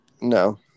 no